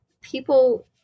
people